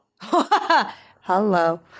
Hello